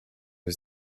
his